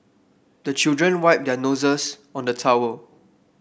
the children wipe their noses on the towel